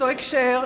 באותו הקשר,